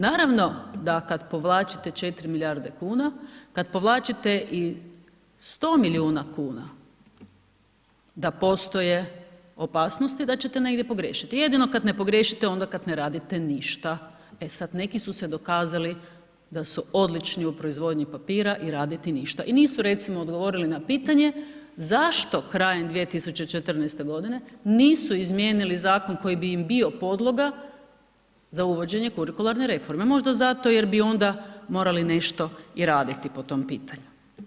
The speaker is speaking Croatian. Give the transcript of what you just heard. Naravno da kad povlačite 4 milijarde kuna, kad povlačite i 100 milijuna kuna da postoje opasnosti da ćete negdje pogriješiti, jedino kad ne pogriješite onda kad ne radite ništa, e sad neki su se dokazali da su odlični u proizvodnji papira i raditi ništa i nisu recimo odgovorili na pitanje zašto krajem 2014.g. nisu izmijenili zakon koji bi im bio podloga za uvođenje kurikularne reforme, možda zato jer bi onda morali nešto i raditi po tom pitanju.